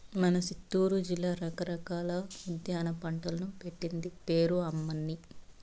మన సిత్తూరు జిల్లా రకరకాల ఉద్యాన పంటలకు పెట్టింది పేరు అమ్మన్నీ